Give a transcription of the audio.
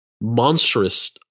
monstrous